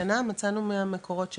מצאנו מהמקורות שלנו,